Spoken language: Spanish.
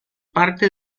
parte